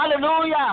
Hallelujah